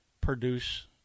produce